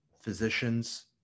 physicians